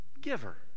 giver